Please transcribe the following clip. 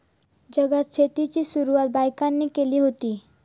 जगात शेतीची सुरवात बायकांनीच केली हुती